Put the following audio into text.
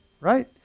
right